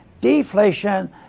Deflation